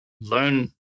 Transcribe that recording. learn